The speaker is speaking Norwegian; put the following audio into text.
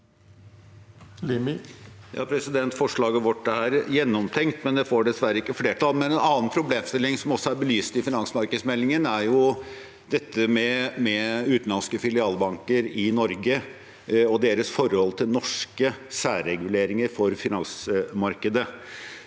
Forslaget vårt er gjennomtenkt, men det får dessverre ikke flertall. En annen problemstilling som også er belyst i finansmarkedsmeldingen, er dette med utenlandske filialbanker i Norge og deres forhold til norske særreguleringer for finansmarkedet.